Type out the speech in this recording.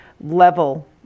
level